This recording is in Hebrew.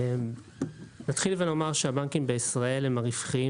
אתחיל ואומר שהבנקים בישראל הם הרווחיים